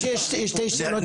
יש לי שתי שאלות,